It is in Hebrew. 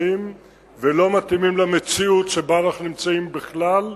ולא מתאימים למציאות שבה אנחנו נמצאים בכלל,